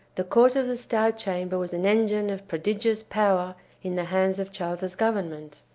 the court of the star chamber was an engine of prodigious power in the hands of charles's government.